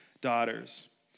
daughters